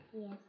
Yes